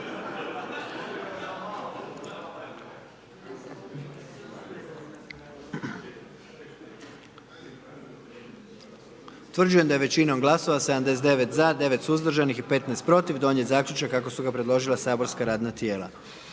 Utvrđujem da je većinom glasova 78 za i 1 suzdržan i 20 protiv donijet zaključak kako ga je predložilo matično saborsko radno tijelo.